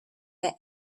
their